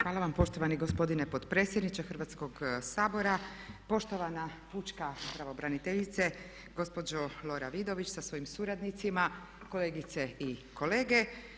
Hvala vam poštovani gospodine potpredsjedniče Hrvatskog sabora, poštovana pučka pravobraniteljice, gospođo Lora Vidović sa svojim suradnicima, kolegice i kolege.